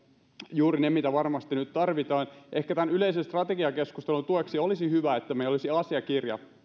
juuri ne mitä varmasti nyt tarvitaan ehkä tämän yleisen strategiakeskustelun tueksi olisi hyvä että meillä olisi asiakirja